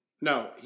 No